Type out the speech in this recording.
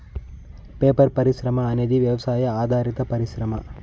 paper పరిశ్రమ అనేది వ్యవసాయ ఆధారిత పరిశ్రమ